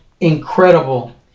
incredible